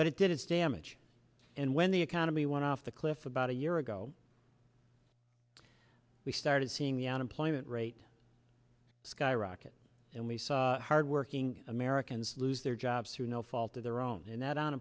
but it did its damage and when the economy went off the cliff about a year ago we started seeing the unemployment rate skyrocket and we saw hardworking americans lose their jobs through no fault of their own and that on